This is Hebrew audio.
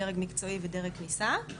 דרג מקצועי ודרך כניסה,